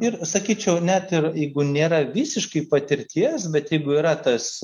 ir sakyčiau net ir jeigu nėra visiškai patirties bet jeigu yra tas